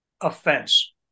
offense